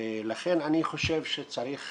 ולכן אני חושב שצריך